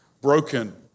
broken